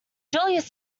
julius